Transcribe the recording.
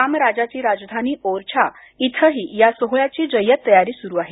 राम राजाची राजधानी ओरछा इथंही या सोहळ्याची जय्यत तयारी सुरू आहे